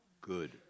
Good